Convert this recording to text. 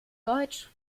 deutsch